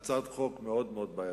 זו הצעת חוק מאוד מאוד בעייתית,